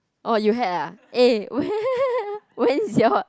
orh you had ah when's your